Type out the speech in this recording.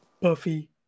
Buffy